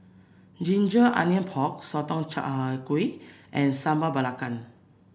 Ginger Onions Pork Sotong Char Kway and Sambal Belacan